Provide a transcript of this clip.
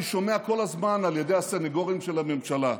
שומע כל הזמן על ידי הסנגורים של הממשלה: